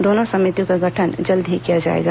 दोनों समितियों का गठन जल्द ही किया जाएगा